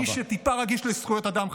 מי שטיפה רגיש לזכויות האדם,